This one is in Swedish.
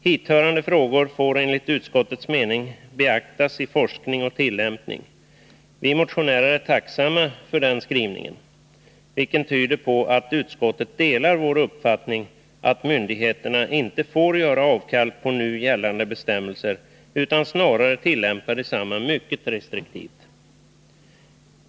Hithörande frågor får enligt utskottets mening beaktas i forskning och tillämpning. Vi motionärer är tacksamma för den skrivningen, vilken tyder på att utskottet delar vår uppfattning att myndigheterna inte får göra avkall på nu gällande bestämmelser utan snarare tillämpa desamma mycket restriktivt.